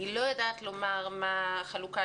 אני לא יודעת לומר מה החלוקה,